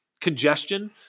congestion